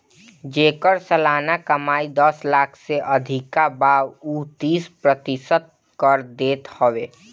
जेकर सलाना कमाई दस लाख से अधिका बा उ तीस प्रतिशत कर देत हवे